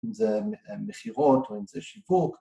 ‫אם זה מכירות או אם זה שיווק